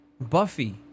Buffy